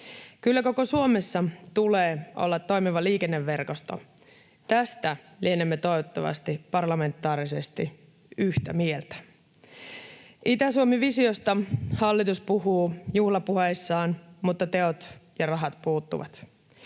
Kyllä koko Suomessa tulee olla toimiva liikenneverkosto. Tästä lienemme toivottavasti parlamentaarisesti yhtä mieltä. Itä-Suomi-visiosta hallitus puhuu juhlapuheissaan, mutta teot ja rahat puuttuvat.